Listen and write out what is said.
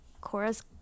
Cora's